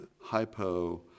Hypo